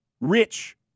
rich